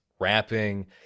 rapping